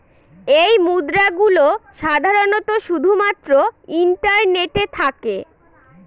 এই মুদ্রা গুলো সাধারনত শুধু মাত্র ইন্টারনেটে থাকে